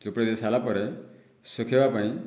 ଚିପୁଡ଼ି ଦେଇ ସାଇଲା ପରେ ଶୁଖିବା ପାଇଁ